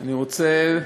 אני רוצה,